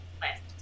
left